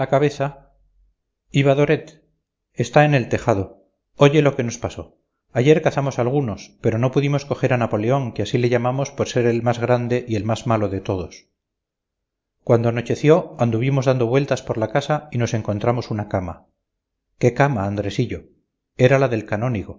está en el tejado oye lo que nos pasó ayer cazamos algunos pero no pudimos coger a napoleón que así le llamamos por ser el más grande y el más malo de todos cuando anocheció anduvimos dando vueltas por la casa y nos encontramos una cama qué cama andresillo era la del canónigo